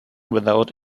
without